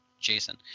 Jason